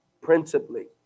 principally